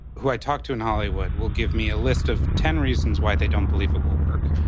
who i talk to in hollywood will give me a list of ten reasons why they don't believe it will work.